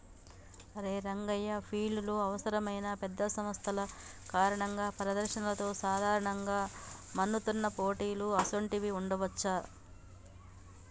అరే రంగయ్య ఫీల్డ్ డెలో అవసరమైన పెద్ద స్థలం కారణంగా ప్రదర్శనలతో సాధారణంగా మన్నుతున్న పోటీలు అసోంటివి ఉండవచ్చా